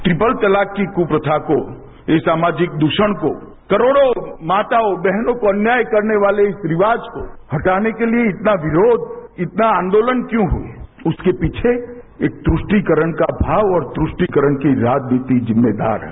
triple तलाक की कुप्रथा को ये सामाजिक द्रषण को करोड़ों माताओं बहनों को अन्याय करने वाले इस रिवाज को हटाने के लिए इतना विरोध इतना आदोलन क्यूँ उसके पीछे एक तृष्टिकरण का भाव तृष्टिकरण की राजनीतिक जिम्मेदार है